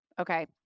okay